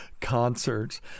concerts